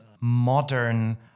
modern